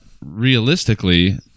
realistically